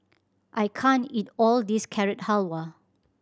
I can't eat all this Carrot Halwa